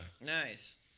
Nice